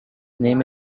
name